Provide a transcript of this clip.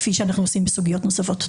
כפי שאנחנו עושים בסוגיות נוספות.